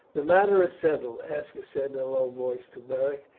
the matter is settled, aska said in a low voice to beric.